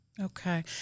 Okay